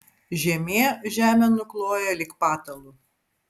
žiemė žemę nukloja lyg patalu